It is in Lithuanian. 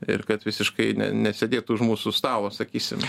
ir kad visiškai ne nesėdėtų už mūsų stalo sakysim